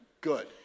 good